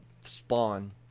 spawn